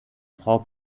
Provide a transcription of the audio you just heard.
frau